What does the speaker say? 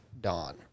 dawn